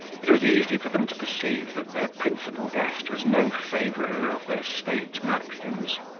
it was easy for them to perceive that their principal guest was no favourer of their state maxims,